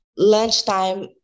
lunchtime